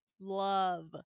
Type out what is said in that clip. love